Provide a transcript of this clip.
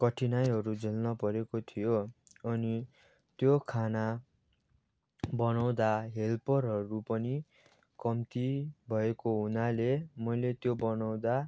कठिनाइहरू झेल्न परेको थियो अनि त्यो खाना बनाउँदा हेल्परहरू पनि कम्ती भएको हुनाले मैले त्यो बनाउँदा